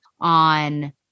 on